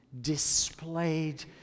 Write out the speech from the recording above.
displayed